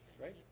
right